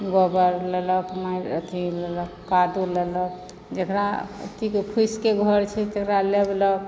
गोबर लेलक मा अथी ललक कादो ललक जकरा अथीके फूसिके घर छै तकरा लेबलक